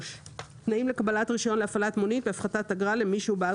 "תנאים לקבלת רישיון להפעלת מונית בהפחתת אגרה למי שהוא בעל